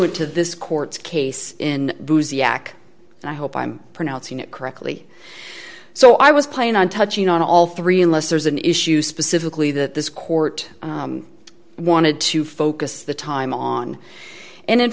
nt to this court's case in boozy ak i hope i'm pronouncing it correctly so i was playing on touching on all three unless there's an issue specifically that this court wanted to focus the time on and